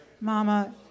Mama